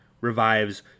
revives